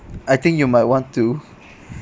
I think you might want to